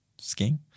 skiing